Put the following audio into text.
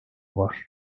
var